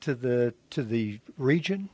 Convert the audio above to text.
to the to the region